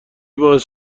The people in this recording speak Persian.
باعث